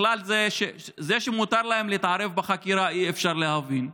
בכלל, זה שמותר להם להתערב בחקירה, אי-אפשר להבין,